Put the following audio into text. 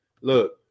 Look